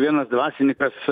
vienas dvasininkas